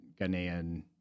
Ghanaian